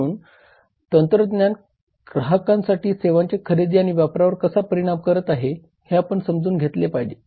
म्हणून तंत्रज्ञान ग्राहकांसाठी सेवांच्या खरेदी आणि वापरावर कसा परिणाम करत आहे हे आपण समजून घेतले पाहिजे